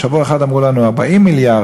שבוע אחד אמרו לנו 40 מיליארד,